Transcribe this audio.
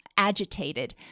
agitated